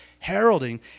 Heralding